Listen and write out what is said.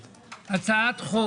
אנחנו עוסקים בהצעת חוק